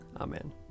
Amen